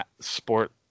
sport